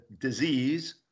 disease